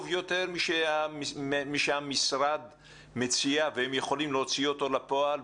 יותר ממה שהמשרד מציע והאם אתם יכולים להוציא אותו לפועל?